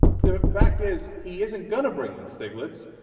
the fact is he isn't going to bring in stiglitz,